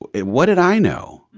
but and what did i know?